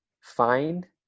find